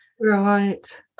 right